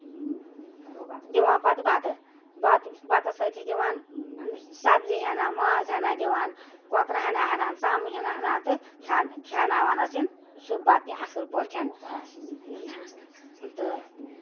دِوان پَتہٕ بَتہٕ بَتہٕ بَتَس سۭتۍ چھِ دِوان سَبزی اَنان ماز اَنان دِوان کۄکرٕ ہنہ اَنان ژامنہِ ہنہ اَنان تہٕ کھیٛا کھیٛاناوان حظ چھِن سُہ بَتہٕ تہِ اَصٕل پٲٹھۍ تہٕ